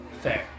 Fair